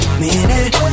minute